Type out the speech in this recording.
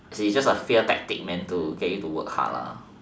okay just a fear tactic man to get you to work hard lah